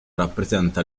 rappresenta